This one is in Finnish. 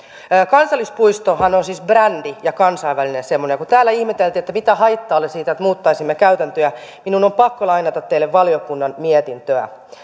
kansallispuistohan on siis brändi ja kansainvälinen semmoinen kun täällä ihmeteltiin mitä haittaa olisi siitä että muuttaisimme käytäntöjä minun on on pakko lainata teille valiokunnan mietintöä